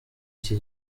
iki